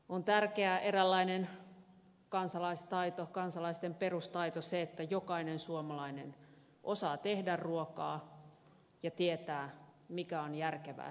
on tärkeä eräänlainen kansalaisten perustaito että jokainen suomalainen osaa tehdä ruokaa ja tietää mikä on järkevää syömistä